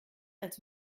als